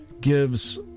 gives